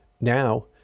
Now